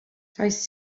does